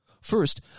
First